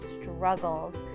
struggles